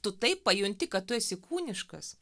tu taip pajunti kad tu esi kūniškas